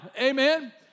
Amen